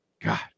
God